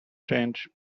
change